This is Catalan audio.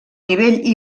nivell